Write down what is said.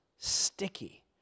sticky